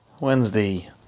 wednesday